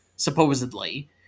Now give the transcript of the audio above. supposedly